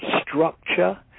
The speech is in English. structure